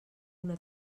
una